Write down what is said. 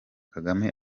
kagame